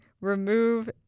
remove